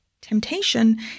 temptation